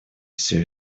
все